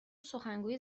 سخنگوی